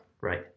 Right